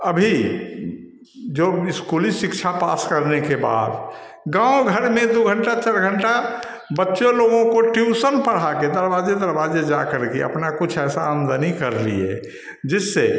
अभी जो स्कूली शिक्षा पास करने के बाद गाँव घर में दो घंटा चार घंटा बच्चे लोगों को ट्यूसन पढ़ा कर दरवाजे दरवाजे जा करके अपना कुछ ऐसा आमदनी कर लिए जिससे